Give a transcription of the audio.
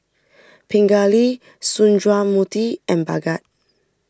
Pingali Sundramoorthy and Bhagat